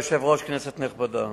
כבוד היושב-ראש, כנסת נכבדה,